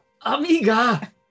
Amiga